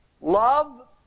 love